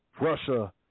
Russia